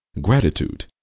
Gratitude